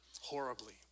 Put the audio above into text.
horribly